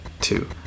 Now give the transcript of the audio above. Two